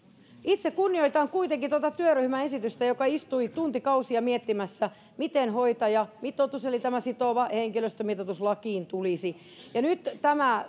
itse kunnioitan kuitenkin tuon työryhmän esitystä se istui tuntikausia miettimässä miten hoitajamitoitus eli tämä sitova henkilöstömitoitus lakiin tulisi nyt tämä